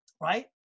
right